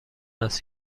است